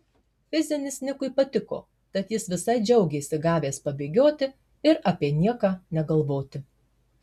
fizinis nikui patiko tad jis visai džiaugėsi gavęs pabėgioti ir apie nieką negalvoti